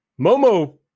Momo